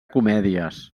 comèdies